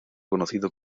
conocido